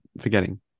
forgetting